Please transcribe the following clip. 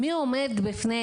ומי עומד בפני